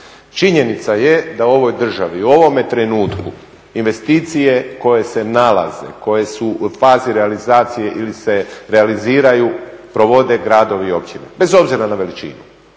Činjenica je da u ovoj državi, u ovome trenutku investicije koje se nalaze, koje su u fazi realizacije ili se realiziraju provode gradovi i općine, bez obzira na veličinu.